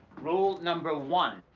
rule number one,